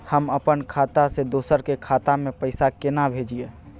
हम अपन खाता से दोसर के खाता में पैसा केना भेजिए?